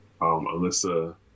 Alyssa